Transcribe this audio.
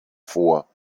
vor